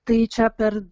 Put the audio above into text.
tai čia per